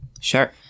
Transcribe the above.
Sure